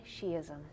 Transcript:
shiism